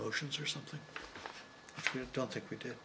motions or something you don't think we do